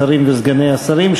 שרים וסגני שרים,